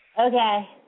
Okay